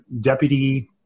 deputy